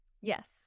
Yes